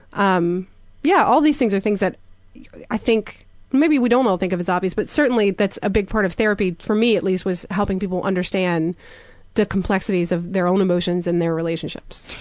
um yeah, all these things are things that i think maybe we don't all think of as obvious, but certainly that's a big part of therapy, for me at least, was helping people understand the complexities of their own emotions and their relationships.